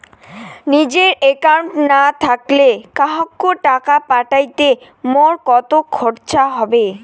নিজের একাউন্ট না থাকিলে কাহকো টাকা পাঠাইতে মোর কতো খরচা হবে?